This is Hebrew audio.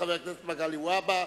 חבר הכנסת מגלי והבה.